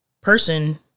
person